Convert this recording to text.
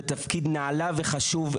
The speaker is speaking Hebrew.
ותפקיד נעלה וחשוב,